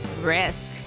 risk